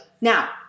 Now